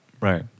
right